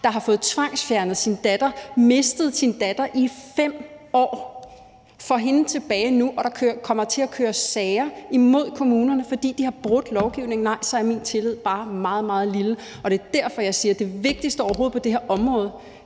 der har fået tvangsfjernet sin datter – mistet sin datter i 5 år – og får hende tilbage nu; og når der kommer til at køre sager imod kommunerne, fordi de har brudt lovgivningen. Nej, så er min tillid bare meget, meget lille, og det er derfor, at jeg siger, at det vigtigste overhovedet på det her område